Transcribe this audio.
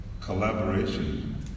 collaboration